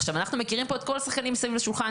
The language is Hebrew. עכשיו אנחנו מכירים פה את כל השחקנים מסביב לשולחן.